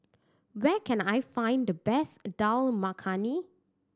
where can I find the best Dal Makhani